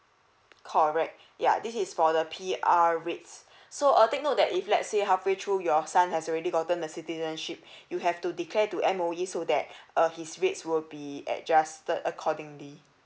correct ya this is for the P_R rates so uh take note that if let's say halfway through your son has already gotten the citizenship you have to declare to M_O_E so that uh his rates will be adjusted accordingly